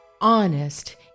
honest